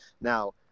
Now